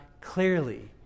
Clearly